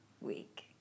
week